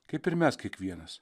kaip ir mes kiekvienas